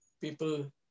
people